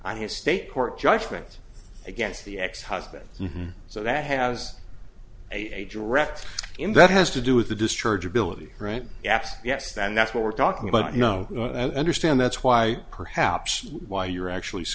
on his state court judgment against the ex husband and so that has a direct in that has to do with the discharge ability right apps yes that's what we're talking about you know and understand that's why perhaps why you're actually